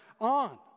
on